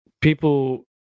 people